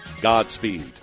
Godspeed